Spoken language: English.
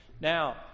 Now